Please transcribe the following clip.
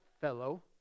fellow